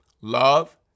love